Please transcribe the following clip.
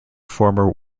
former